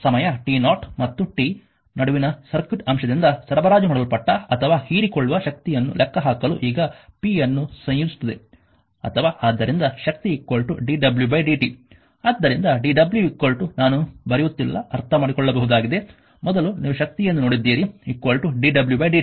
ಈಗ ಸಮಯ t0 ಮತ್ತು t ನಡುವಿನ ಸರ್ಕ್ಯೂಟ್ ಅಂಶದಿಂದ ಸರಬರಾಜು ಮಾಡಲ್ಪಟ್ಟ ಅಥವಾ ಹೀರಿಕೊಳ್ಳುವ ಶಕ್ತಿಯನ್ನು ಲೆಕ್ಕಹಾಕಲು ಈಗ p ಅನ್ನು ಸಂಯೋಜಿಸುತ್ತದೆ ಅಥವಾ ಆದ್ದರಿಂದ ಶಕ್ತಿ dwdt ಆದ್ದರಿಂದ dw ನಾನು ಬರೆಯುತ್ತಿಲ್ಲ ಅರ್ಥಮಾಡಿಕೊಳ್ಳಬಹುದಾಗಿದೆ ಮೊದಲು ನೀವು ಶಕ್ತಿಯನ್ನು ನೋಡಿದ್ದೀರಿ dw dt